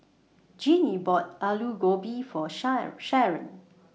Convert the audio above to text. Jeanie bought Aloo Gobi For Sharen Sharen